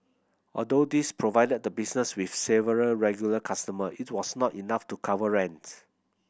although these provided the business with several regular customer it was not enough to cover rent